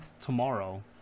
tomorrow